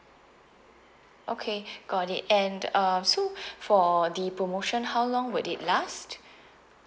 okay got it and um so for the promotion how long would it last